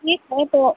ठीक है तो